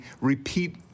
repeat